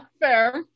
fair